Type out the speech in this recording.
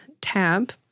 tab